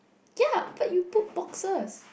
ya but you put boxes